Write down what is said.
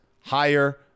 higher